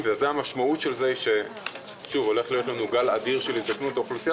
וזו המשמעות של זה - הולך להיות לנו גל אדיר של הזדקנות האוכלוסייה.